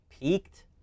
peaked